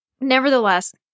nevertheless